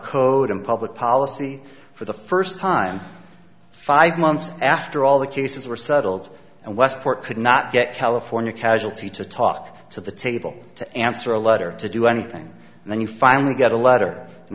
code in public policy for the first time five months after all the cases were settled and westport could not get california casualty to talk to the table to answer a letter to do anything and then you finally get a letter in